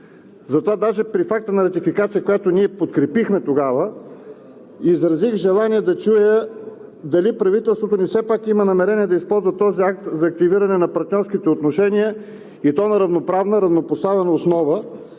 Затова даже при факта на ратификация, която ние подкрепихме тогава, изразих желание да чуя, дали правителството ни все пак има намерение да използва този акт за активиране на партньорските отношения, и то на равноправна, равнопоставена основа,